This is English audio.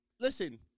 Listen